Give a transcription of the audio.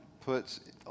puts